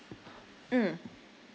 mm